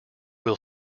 will